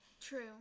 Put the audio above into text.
true